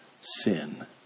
sin